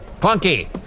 Clunky